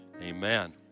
Amen